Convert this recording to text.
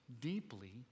deeply